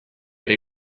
ere